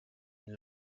une